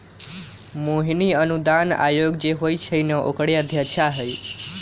मोहिनी अनुदान आयोग जे होई छई न ओकरे अध्यक्षा हई